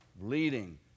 leading